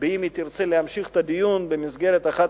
אם היא תרצה להמשיך את הדיון במסגרת אחת